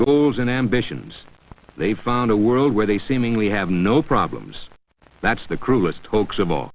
goals and ambitions they've found a world where they seemingly have no problems that's the cruelest t